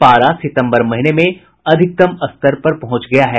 पारा सितम्बर महीने में अधिकतम स्तर पर पहुंच गया है